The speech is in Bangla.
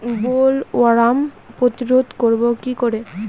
বোলওয়ার্ম প্রতিরোধ করব কি করে?